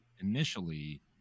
initially